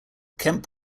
kemp